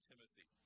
Timothy